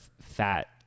fat